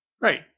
Right